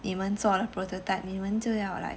你们做了 prototype 你们就要 like